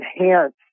enhance